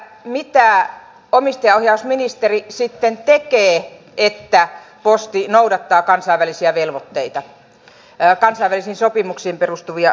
mitä omistajaohjausministeri sitten tekee että posti noudattaa kansainvälisiin sopimuksiin perustuvia velvoitteita